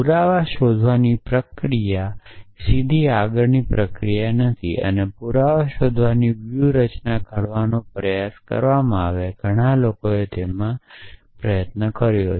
પુરાવા શોધવાની પ્રક્રિયા સીધી આગળની પ્રક્રિયા નથી અને પુરાવા શોધવાની વ્યૂહરચના ઘડવાનો પ્રયાસ કરવામાં ઘણા લોકોએ ઘણો સમય પસાર કર્યો